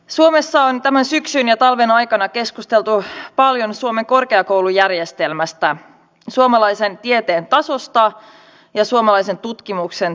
suomessa on tämän syksyn ja talven aikana keskusteltu paljon suomen korkeakoulujärjestelmästä suomalaisen tieteen tasosta ja suomalaisen tutkimuksen tilasta